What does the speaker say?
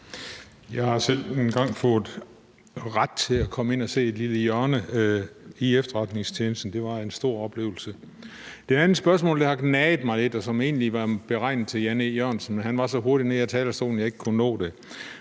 Jeg har selv engang fået ret til at komme ind at se et lille hjørne af efterretningstjenesten. Det var en stor oplevelse. Der er et andet spørgsmål, som har naget mig lidt. Det var egentlig tiltænkt hr. Jan E. Jørgensen, men han var så hurtigt nede af talerstolen, at jeg ikke kunne nå det.